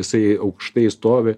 jisai aukštai stovi